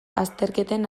azterketen